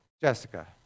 Jessica